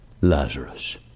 Lazarus